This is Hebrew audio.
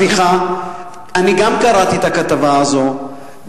אני גם קראתי את הכתבה הזאת,